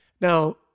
Now